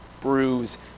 bruise